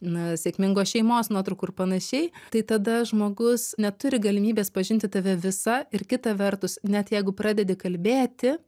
na sėkmingos šeimos nuotraukų ir panašiai tai tada žmogus neturi galimybės pažinti tave visą ir kita vertus net jeigu pradedi kalbėti